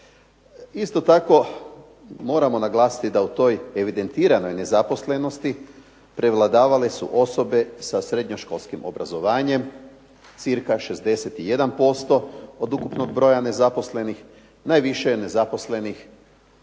Isto tako moramo naglasiti da u toj evidentiranoj nezaposlenosti, prevladavale su osobe sa srednjoškolskim obrazovanjem cirka 61% od ukupnog broja nezaposlenih, najviše je nezaposlenih